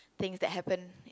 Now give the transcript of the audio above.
things that happen